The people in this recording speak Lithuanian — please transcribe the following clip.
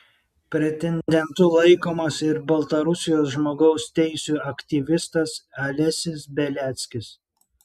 pretendentu laikomas ir baltarusijos žmogaus teisių aktyvistas alesis beliackis